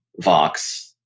Vox